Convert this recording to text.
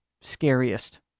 scariest